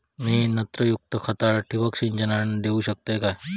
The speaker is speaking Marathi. मी नत्रयुक्त खता ठिबक सिंचनातना देऊ शकतय काय?